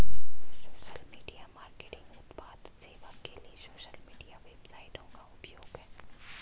social media marketing उत्पाद सेवा के लिए सोशल मीडिया वेबसाइटों का उपयोग है